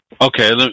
okay